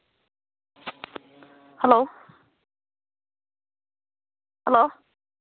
hello hello